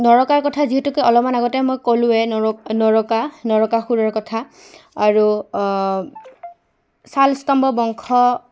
নৰকাৰ কথা যিহেতুকে অলপমান আগতে মই ক'লোঁৱে নৰ নৰকা নৰকাসুৰৰ কথা আৰু শালস্তম্ভ বংশ